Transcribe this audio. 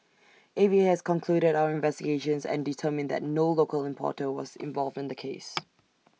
A V A has concluded our investigations and determined that no local importer was involved in the case